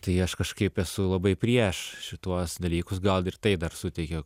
tai aš kažkaip esu labai prieš šituos dalykus gal ir tai dar suteikia